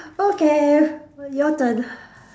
okay your turn